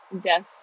death